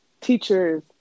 teachers